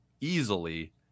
easily